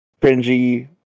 cringy